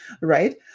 right